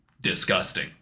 disgusting